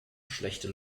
schlechte